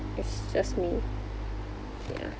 it's just me yeah